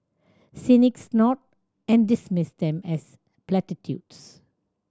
cynics snort and dismiss them as platitudes